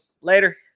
Later